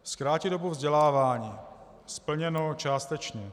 Zkrátit dobu vzdělávání splněno částečně.